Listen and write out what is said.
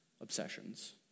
obsessions